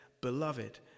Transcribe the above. Beloved